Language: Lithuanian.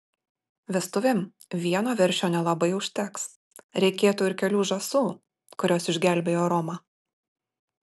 vestuvėm vieno veršio nelabai užteks reikėtų ir kelių žąsų kurios išgelbėjo romą